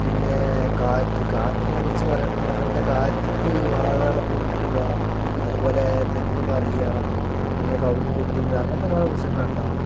പിന്നേ കാറ്റ് കാറ്റിനെക്കുറിച്ച് പറയണം എന്ന് പറഞ്ഞു കഴിഞ്ഞാൽ കാറ്റത്ത് ഈ വാഴകളൊക്കെ ഒടിഞ്ഞു പോവുക അതുപോലെ തെങ്ങ് മറിയുക പിന്നെ കവുങ്ങ് പൊട്ടി വീഴുക അങ്ങനത്തെ കുറേ പ്രശ്നങ്ങൾ ഉണ്ടാവും